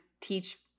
teach